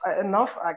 Enough